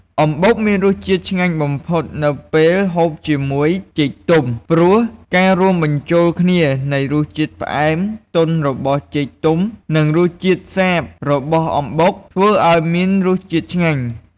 អំបុកមានរសជាតិឆ្ងាញ់បំផុត នៅពេលហូបជាមួយចេកទុំ ព្រោះការរួមបញ្ចូលគ្នានៃរសជាតិផ្អែមទន់របស់ចេកទុំ និងរសជាតិសាបបស់អំបុក ធ្វើឱ្យមានរសជាតិឆ្ងាញ។